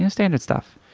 ah standard stuff.